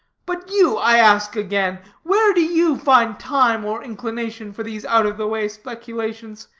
but you, i ask again, where do you find time or inclination for these out-of-the-way speculations?